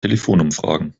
telefonumfragen